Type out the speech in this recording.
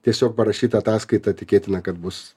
tiesiog parašyta ataskaita tikėtina kad bus